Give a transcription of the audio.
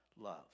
love